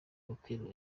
okello